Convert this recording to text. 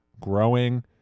growing